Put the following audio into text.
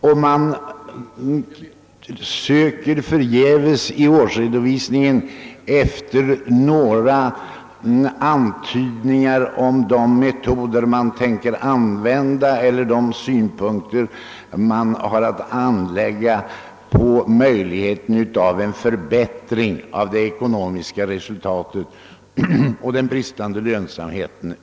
Jag söker förgäves i årsredovisningen efter några antydningar om vilka metoder man tänker använda sig av eller vilka synpunkter som kan anläggas på möjligheten att förbättra det ekonomiska resultatet vid detta företag.